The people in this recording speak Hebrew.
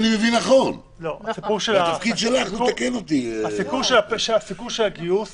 לא, הסיפור של הגיוס